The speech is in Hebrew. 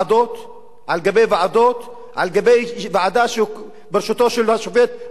על גבי ועדות על גבי ועדה בראשות השופט גולדברג,